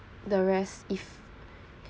the rest if